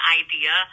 idea